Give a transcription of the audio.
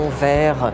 vers